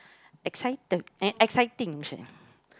excited and exciting